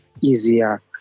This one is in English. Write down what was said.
easier